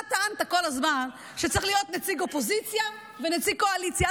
אתה טענת כל הזמן שצריך להיות נציג אופוזיציה ונציג קואליציה.